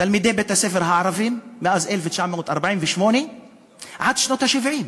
תלמידי בתי-הספר הערבים מאז 1948 עד שנות ה-70,